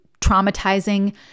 traumatizing